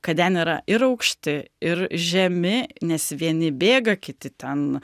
kad ten yra ir aukšti ir žemi nes vieni bėga kiti ten